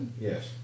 Yes